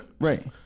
Right